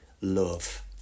love